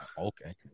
okay